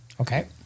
Okay